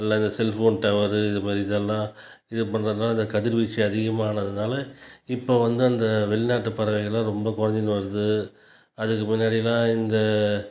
இந்த cellphone tower இதுமாதிரி இதெலான் இது பண்ணுறதுலான அந்த கதிர் வீச்சு அதிகமானதுனால இப்போ வந்து அந்த வெளிநாட்டு பறவைகளெலான் ரொம்ப குறஞ்சின்னு வருது அதுக்கு முன்னாடியெலான் இந்த